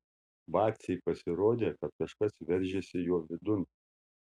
vacei pasirodė kad kažkas veržiasi jo vidun